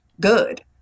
good